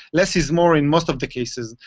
less is more in most of the cases.